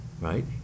right